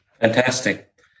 Fantastic